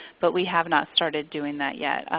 but we have not started doing that yet.